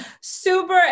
super